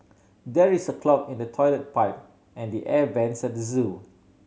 there is a clog in the toilet pipe and the air vents at the zoo